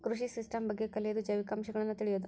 ಕೃಷಿ ಸಿಸ್ಟಮ್ ಬಗ್ಗೆ ಕಲಿಯುದು ಜೈವಿಕ ಅಂಶಗಳನ್ನ ತಿಳಿಯುದು